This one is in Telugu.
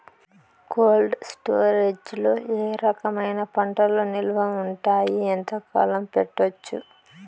కోల్డ్ స్టోరేజ్ లో ఏ రకమైన పంటలు నిలువ ఉంటాయి, ఎంతకాలం పెట్టొచ్చు?